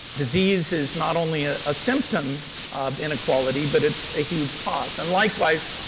disease is not only ah a symptom of inequality but it's a huge cause. and likewise,